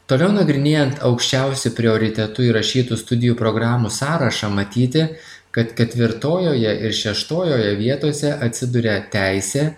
toliau nagrinėjant aukščiausiu prioritetu įrašytų studijų programų sąrašą matyti kad ketvirtojoje ir šeštojoje vietose atsiduria teisė